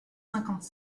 cinquante